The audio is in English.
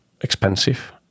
expensive